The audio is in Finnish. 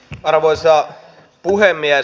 arvoisa puhemies